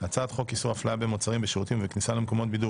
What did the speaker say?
הצעת חוק איסור הפליה במוצרים ושירותים וכניסה למקומות בידור